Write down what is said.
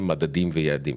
מדדים ויעדים.